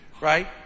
right